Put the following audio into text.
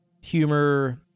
humor